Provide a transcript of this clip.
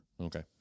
Okay